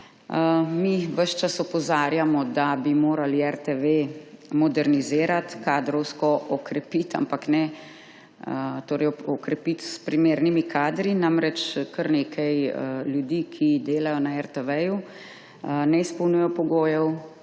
jih ves čas opozarjamo, da bi morali RTV modernizirati, kadrovsko okrepiti, ampak ne. Torej okrepiti s primernimi kadri, namreč kar nekaj ljudi, ki delajo na RTV, ne izpolnjujejo pogojev,